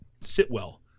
Sitwell